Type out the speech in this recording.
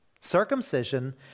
Circumcision